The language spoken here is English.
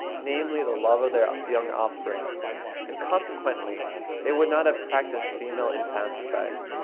namely the love of their young offspring and consequently they would not have practised female infanticide.